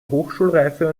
hochschulreife